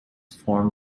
form